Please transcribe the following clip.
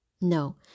No